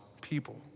people